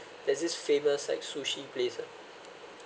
there's this famous like sushi place ah